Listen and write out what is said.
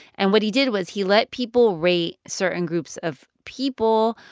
and what he did was he let people rate certain groups of people,